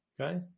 okay